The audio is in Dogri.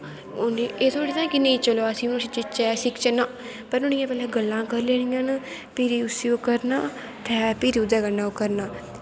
हुन एह् छोड़ी ना के चलो अस बी कुश सिखचै ना नोहाड़ियां पैह्लैं गल्लां करी लैनियां न भिरी उसी ओह् करना ते भिरी ओह्दै कन्नै ओह् करना